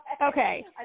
Okay